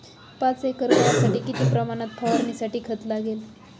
पाच एकर गव्हासाठी किती प्रमाणात फवारणीसाठी खत लागेल?